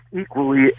equally